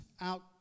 out